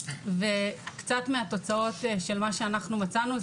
קצת מהתוצאות של מה שאנחנו מצאנו,